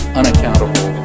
unaccountable